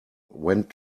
went